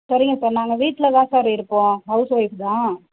சரிங்க சார் நாங்கள் வீட்டில் தான் சார் இருப்போம் ஹவுஸ் ஒய்ஃப் தான்